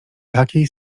takiej